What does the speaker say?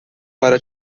para